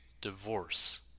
divorce